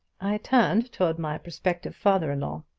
i turned toward my prospective father-in-law.